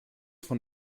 von